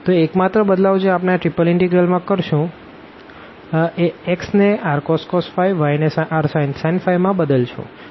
તો એકમાત્ર બદલાવ જે આપણે આ ત્રિપલ ઇનટેગ્રલ માં કરશું એ x ને rcos y ને rsin બદલશું અને z ને એમાં જ રાખશું